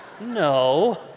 No